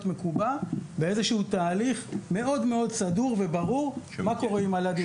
מקובע באיזשהו תהליך מאוד מאוד סדור וברור מה קורה עם הילדים.